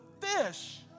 fish